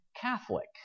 Catholic